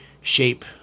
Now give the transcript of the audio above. Shape